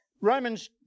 Romans